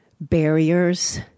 barriers